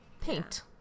paint